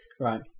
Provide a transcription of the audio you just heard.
Right